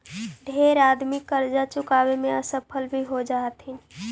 ढेर आदमी करजा चुकाबे में असफल भी हो जा हथिन